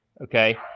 Okay